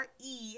re